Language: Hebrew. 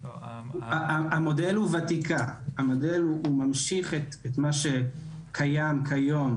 המודל הוא ממשיך את מה שקיים כיום.